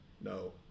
No